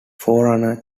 forerunner